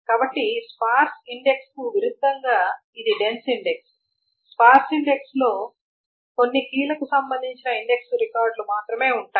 కాబట్టి sparse index కు విరుద్ధంగా ఇది డెన్స్ ఇండెక్స్ స్పార్స్ ఇండెక్స్ లో కొన్ని కీలకు సంబంధించిన ఇండెక్స్ రికార్డులు మాత్రమే ఉంటాయి